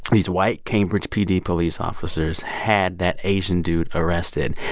these white cambridge pd police officers had that asian dude arrested.